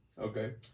Okay